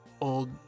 old